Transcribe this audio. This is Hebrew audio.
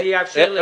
אני אאפשר לך.